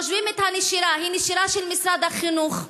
מחשבים את הנשירה, היא נשירה של משרד החינוך,